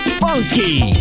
funky